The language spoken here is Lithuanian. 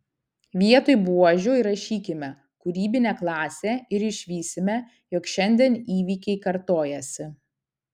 vietoj buožių įrašykime kūrybinė klasė ir išvysime jog šiandien įvykiai kartojasi